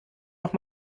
noch